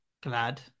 glad